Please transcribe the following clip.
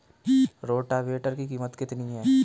Rotavator की कीमत कितनी है?